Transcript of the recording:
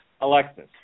Alexis